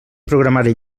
programari